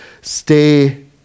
stay